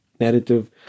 narrative